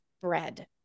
bread